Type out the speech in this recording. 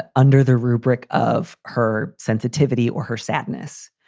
ah under the rubric of her sensitivity or her sadness.